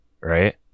right